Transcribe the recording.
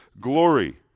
glory